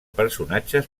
personatges